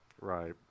Right